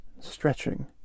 stretching